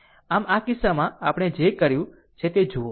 આમ આ કિસ્સામાં આપણે જે કર્યું છે તે તે જોવો